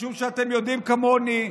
משום שאתם יודעים כמוני,